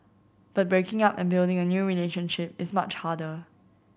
but breaking up and building a new relationship is much harder